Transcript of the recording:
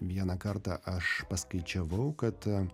vieną kartą aš paskaičiavau kad